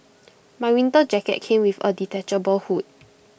my winter jacket came with A detachable hood